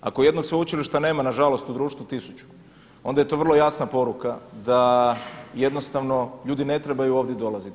Ako jednog sveučilišta nema na žalost u društvu tisuću, onda je to vrlo jasna poruka da jednostavno ljudi ne trebaju ovdje dolaziti.